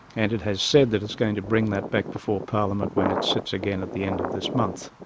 and it has said that it's going to bring that back before parliament when it sits again at the end of this month.